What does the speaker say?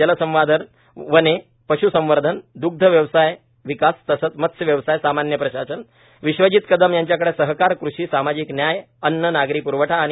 जलसंधारण वने पश्संवर्धन दुग्धव्यवसाय विकास तसंच मत्स्य व्यवसाय सामान्य प्रशासन विश्वजीत कदम यांच्याकडे सहकार कृषी सामाजिक न्याय अन्न नागरी प्रवठा आणि